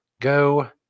go